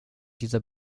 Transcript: dieser